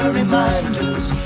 reminders